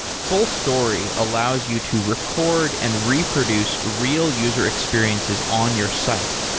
fullstory allows you to record and reproduce real user experiences on your site.